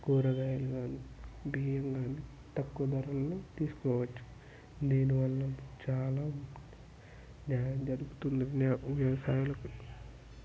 కూరగాయలు కానీ బియ్యం కానీ తక్కువ ధరలని తీసుకోవచ్చు దీని వల్ల చాలా న్యాయం జరుగుతుంది వ్యవసాయాలకు